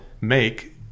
make